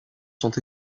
sont